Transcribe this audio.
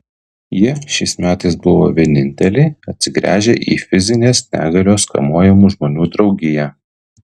jie šiais metais buvo vieninteliai atsigręžę į fizinės negalios kamuojamų žmonių draugiją